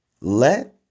let